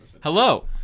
Hello